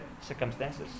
circumstances